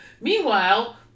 Meanwhile